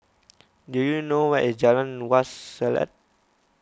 do you know where is Jalan Wak Selat